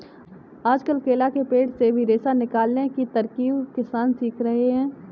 आजकल केला के पेड़ से भी रेशा निकालने की तरकीब किसान सीख रहे हैं